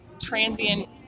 transient